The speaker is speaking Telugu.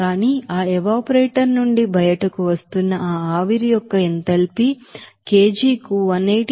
కానీ ఆ ఎవాపరేటర్ నుండి బయటకు వస్తున్న ఆ ఆవిరి యొక్క ఎంథాల్పీ kgకు 180